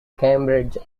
cambridge